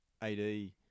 Ad